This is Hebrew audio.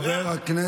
רק.